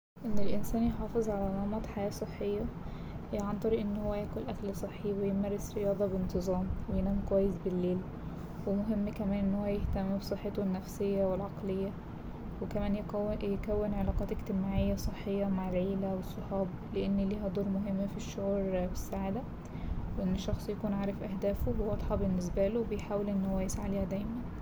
إن الإنسان يحافظ على نمط حياة صحية عن طريق ان هو ياكل أكل صحي ويمارس رياضة بإنتظام وينام كويس بالليل ومهم كمان إن هو يهتم بصحته النفسية والعقلية وكمان يك- يكون علاقات اجتماعية صحية مع العيلة والصحاب لإن ليها دور مهم في الشعور بالسعادة وإن شخص يكون عارف أهدافه وواضحة بالنسباله وبيحاول إن هو يسعى ليها دايما.